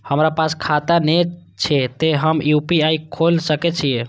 हमरा पास खाता ने छे ते हम यू.पी.आई खोल सके छिए?